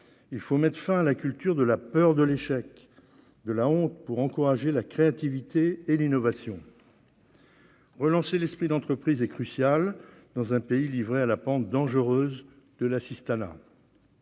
Il faut mettre fin à la culture de la peur de l'échec, de la honte, afin d'encourager la créativité et l'innovation. Relancer l'esprit d'entreprise est crucial, dans un pays qui glisse sur la pente dangereuse de l'assistanat.